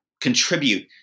contribute